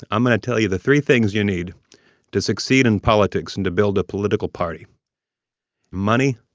i'm going to tell you the three things you need to succeed in politics and to build a political party money,